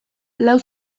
lau